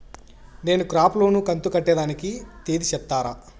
నేను crop loan కంతు కట్టేదానికి తేది సెప్తారా?